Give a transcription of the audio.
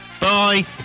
bye